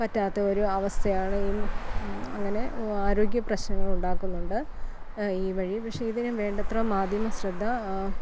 പറ്റാത്തെയൊരു അവസ്ഥയാണ് ഈ അങ്ങനെ ആരോഗ്യ പ്രശ്നങ്ങളുണ്ടാക്കുന്നുണ്ട് ഈ വഴി പക്ഷെ ഇതിനു വേണ്ടത്ര മാധ്യമ ശ്രദ്ധ